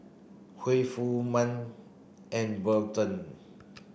Huy Furman and Burton